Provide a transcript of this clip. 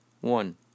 One